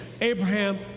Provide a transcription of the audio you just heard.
Abraham